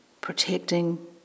protecting